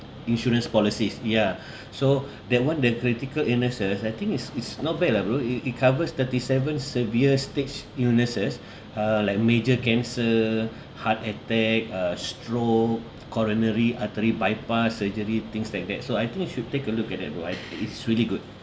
insurance policies ya so that one the critical illnesses I think it's it's not bad lah bro it it covers thirty seven severe stage illnesses uh like major cancer heart attack uh stroke coronary artery bypass surgery things like that so I think you should take a look at it right it's really good